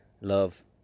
love